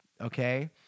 okay